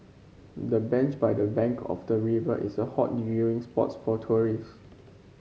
the bench by the bank of the river is a hot viewing spot for tourists